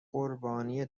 قربانی